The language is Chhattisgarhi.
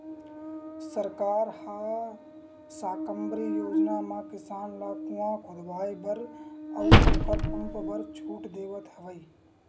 सरकार ह साकम्बरी योजना म किसान ल कुँआ खोदवाए बर अउ ओखर पंप बर छूट देवथ हवय